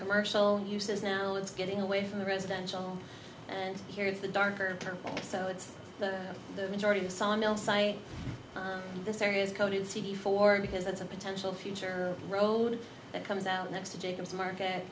commercial uses now it's getting away from the residential and here's the darker so it's the majority of sawmill site this area is coated city for because that's a potential future road that comes out next to jacobs market